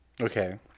Okay